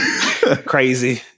crazy